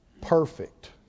perfect